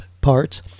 parts